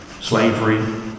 slavery